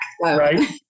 Right